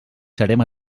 serem